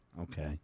Okay